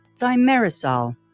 Thimerosal